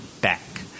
back